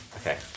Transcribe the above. Okay